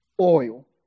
oil